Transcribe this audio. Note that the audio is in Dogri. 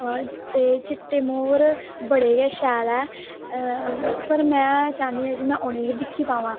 ते चिट्टे मोर बडे़ गै शैल ऐ पर में चाहन्नीं आं कि उनेंगी बी दिक्खी पावां